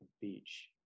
beach